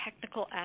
technical